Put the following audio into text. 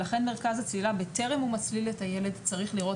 מרכז הצלילה בטרם מצליל את הילד צריך לראות